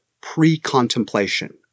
pre-contemplation